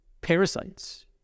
parasites